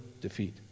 defeat